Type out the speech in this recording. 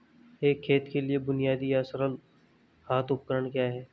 एक खेत के लिए बुनियादी या सरल हाथ उपकरण क्या हैं?